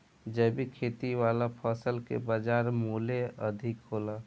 जैविक खेती वाला फसल के बाजार मूल्य अधिक होला